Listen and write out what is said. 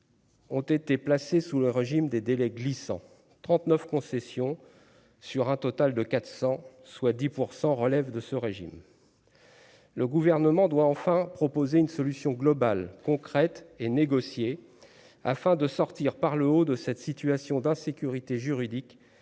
Ont été placés sous le régime des délais glissants 39 concessions sur un total de 400 soit 10 % relève de ce régime. Le gouvernement doit enfin proposer une solution globale, concrète et négocier afin de sortir par le haut de cette situation d'insécurité juridique